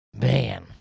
Man